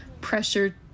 pressure